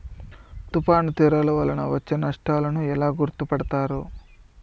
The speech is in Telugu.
తుఫాను తీరాలు వలన వచ్చే నష్టాలను ఎలా గుర్తుపడతారు?